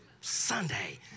Sunday